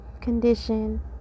condition